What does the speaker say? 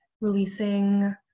releasing